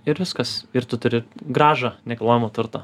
ir viskas ir tu turi gražą nekilnojamo turto